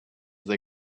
they